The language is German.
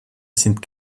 sind